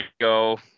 go